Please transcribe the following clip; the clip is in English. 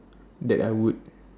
that I would